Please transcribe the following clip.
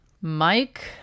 mike